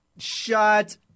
Shut